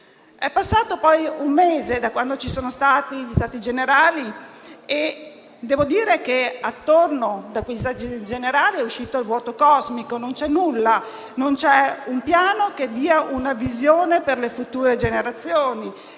È passato un mese da quando ci sono stati gli Stati generali e devo dire che, da questi, è uscito il vuoto cosmico: non c'è nulla. Non c'è un piano che dia una visione per le future generazioni;